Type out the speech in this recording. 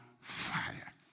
fire